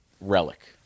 relic